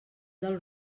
del